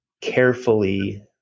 carefully